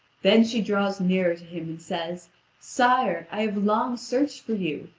then she draws nearer to him, and says sire, i have long searched for you.